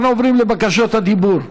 אנחנו עוברים לבקשות הדיבור.